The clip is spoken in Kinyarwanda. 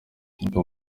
uko